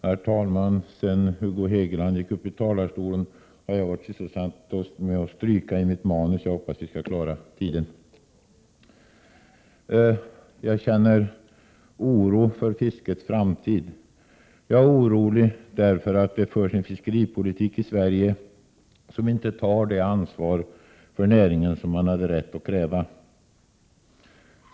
Herr talman! Sedan Hugo Hegeland påbörjade sitt anförande har jag varit 19 maj 1988 sysselsatt med att stryka i mitt manus. Jag hoppas att vi skall kunna genomföra debatten på den tillmätta tiden. Jag känner oro för svenskt fiskes framtid. Jag är orolig därför att det förs en fiskeripolitik i Sverige som inte tar det ansvar för näringen som man har rätt att kräva.